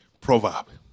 proverb